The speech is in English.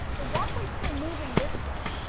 the walkway's still moving this way.